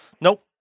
Nope